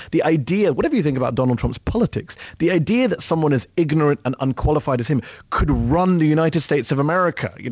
the idea, whatever you think about donald trump's politics, the idea that someone as ignorant and unqualified as him could run the united states of america,